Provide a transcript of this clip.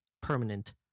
permanent